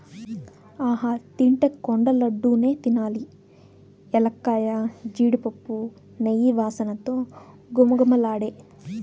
ఆహా తింటే కొండ లడ్డూ నే తినాలి ఎలక్కాయ, జీడిపప్పు, నెయ్యి వాసనతో ఘుమఘుమలాడే